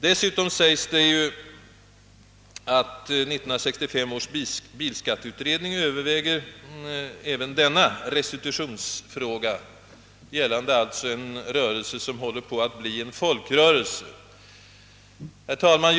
Dessutom meddelas i utlåtandet att 1965 års bilskatteutredning överväger även denna restitutionsfråga, som avser en rörelse som håller på att bli en folkrörelse. Herr talman!